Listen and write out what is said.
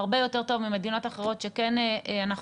הרבה יותר טוב ממדינות אחרות שכן אנחנו